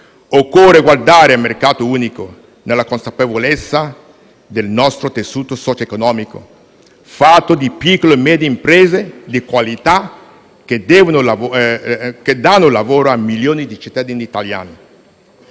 Occorre guardare al mercato unico nella consapevolezza del nostro tessuto socio-economico, fatto di piccole e medie imprese di qualità che danno lavoro a milioni di cittadini italiani.